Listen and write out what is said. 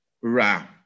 Ra